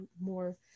more